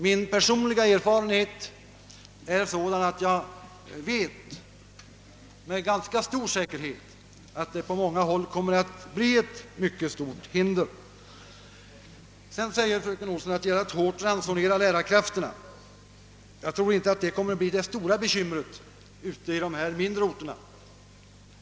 Min personliga erfarenhet säger alldeles bestämt, att detta maximital på många håll kommer att utgöra ett mycket stort hinder. Fröken Olsson säger vidare, att det blir nödvändigt att mycket hårt ransonera lärarkrafterna. Jag tror inte att tillgången på lärare kommer att bli det stora bekymret på de mindre orterna.